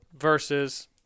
versus